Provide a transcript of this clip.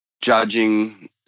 judging